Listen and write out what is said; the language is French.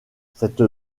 cette